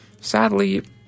Sadly